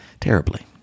Terribly